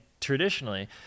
traditionally